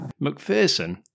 McPherson